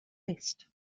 list